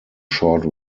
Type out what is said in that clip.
short